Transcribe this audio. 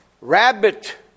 rabbit